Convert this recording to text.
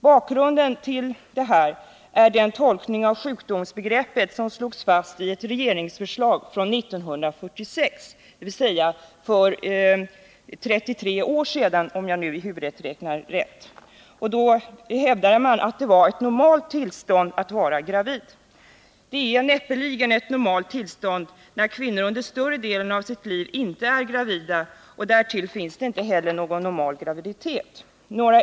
Bakgrunden till detta är tolkningen av det sjukdomsbegrepp som slogs fast i ett regeringsförslag från 1946, dvs. för 33 år sedan, om jag nu räknar rätt i huvudet. Det hävdades då att det var ett normalt tillstånd att vara gravid. Det är näppeligen ett normalt tillstånd, när kvinnor under större delen av sitt liv inte är gravida. Därtill kommer att det inte heller finns någon normal graviditet.